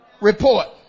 report